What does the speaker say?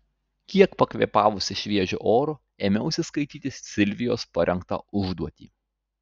kiek pakvėpavusi šviežiu oru ėmiausi skaityti silvijos parengtą užduotį